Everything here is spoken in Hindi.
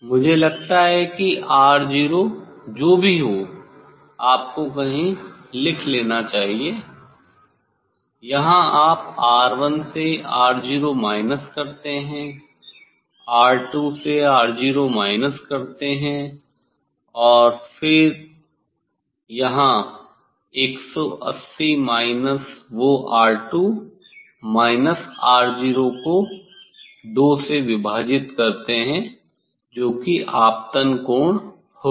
मुझे लगता है कि 'R0' जो भी हो आपको कहीं लिख लेना चाहिए यहाँ आप 'R1' से 'R0' माइनस करते हैं 'R2' से 'R0' माइनस करते हैं और फिर यहाँ 180 माइनस वो 'R2' माइनस 'R0' को 2 से विभाजित करते हैं जो कि आपतन कोण होगा